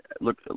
look